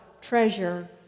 treasure